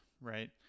right